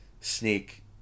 sneak